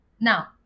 Now